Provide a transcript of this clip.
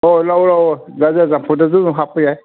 ꯑꯧ ꯂꯧꯋꯣ ꯂꯧꯋꯣ ꯒꯖꯔ ꯆꯝꯐꯨꯠꯇꯁꯨ ꯑꯗꯨꯝ ꯍꯥꯞꯄ ꯌꯥꯏ